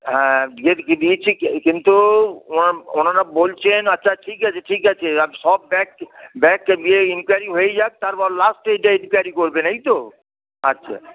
হ্যাঁ গিয়ে দিয়েছি কিন্তু ওনা ওনারা বলছেন আচ্ছা ঠিক আছে ঠিক আছে আপনি সব ব্যাগ ব্যাগ নিয়ে ইনকোয়্যারি হয়ে যাক তারপর লাস্টে এটা ইনকোয়্যারি করবেন এই তো আচ্ছা